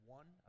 one